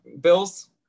Bills